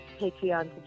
Patreon